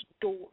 door